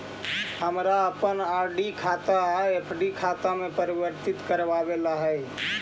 हमारा अपन आर.डी खाता एफ.डी में परिवर्तित करवावे ला हई